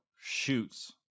shoots